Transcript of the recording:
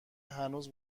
هنوز